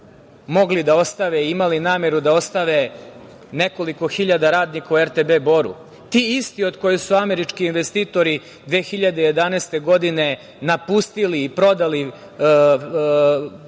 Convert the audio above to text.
mogli da ostave i imali nameru da ostave nekoliko hiljada radnika u RTB Boru, ti isti od kojih su američki investitori 2011. godine napustili i prodali